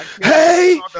Hey